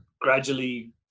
gradually